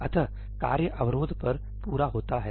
अतः कार्य अवरोध पर पूरा होता है